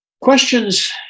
questions